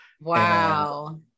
Wow